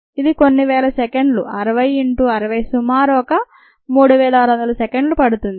ఇది కొన్ని వేల సెకండ్లు 60 ఇన్టూ 60 సుమారు ఒక గంట 3600 సెకండ్లు పడుతుంది